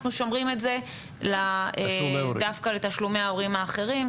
אנחנו שומרים את זה דווקא לתשלומי ההורים האחרים,